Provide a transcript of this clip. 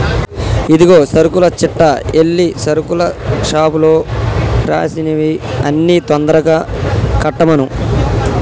ఇదిగో సరుకుల చిట్టా ఎల్లి సరుకుల షాపులో రాసినవి అన్ని తొందరగా కట్టమను